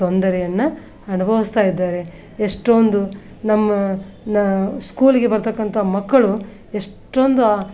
ತೊಂದರೆಯನ್ನು ಅನುಭವಿಸ್ತಾ ಇದ್ದಾರೆ ಎಷ್ಟೊಂದು ನಮ್ಮ ನ ಸ್ಕೂಲ್ಗೆ ಬರತಕ್ಕಂಥ ಮಕ್ಕಳು ಎಷ್ಟೊಂದು